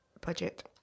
budget